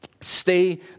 Stay